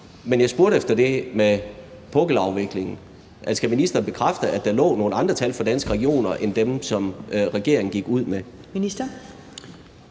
Men jeg spurgte til det med pukkelafviklingen. Altså, kan ministeren bekræfte, at der lå nogle andre tal fra Danske Regioner end dem, som regeringen gik ud med?